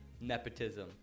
Nepotism